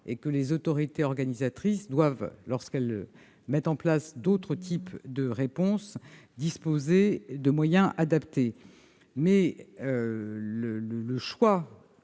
et que les autorités organisatrices doivent, lorsqu'elles mettent en place d'autres types de réponses, disposer de moyens adaptés. Toutefois, le choix